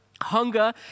hunger